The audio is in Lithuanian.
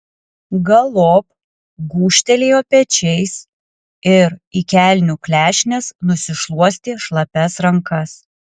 galop gūžtelėjo pečiais ir į kelnių klešnes nusišluostė šlapias rankas